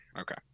okay